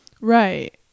right